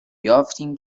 یافتیم